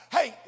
Hey